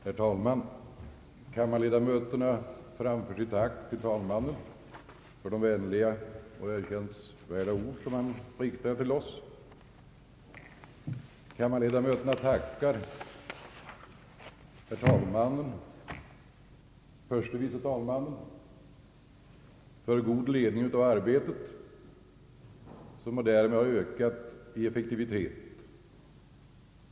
Herr talman! Kammarens ledamöter framför sitt tack till herr talmannen för de vänliga och erkännsamma ord som han riktat till oss. Kammarledamöterna tackar herr talmannen och herr förste vice talmannen för god ledning av arbetet som därmed har ökat i effektivitet.